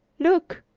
look!